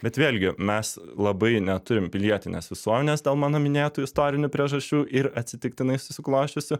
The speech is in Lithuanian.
bet vėlgi mes labai neturim pilietinės visuomenės dėl mano minėtų istorinių priežasčių ir atsitiktinai susiklosčiusių